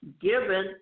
given